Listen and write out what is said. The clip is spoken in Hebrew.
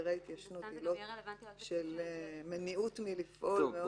של מניעות מלפעול -- טוב,